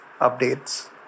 updates